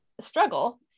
struggle